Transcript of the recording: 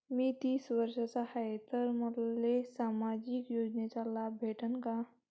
मी तीस वर्षाचा हाय तर मले सामाजिक योजनेचा लाभ भेटन का?